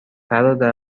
برادر